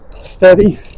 steady